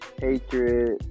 hatred